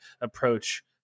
approach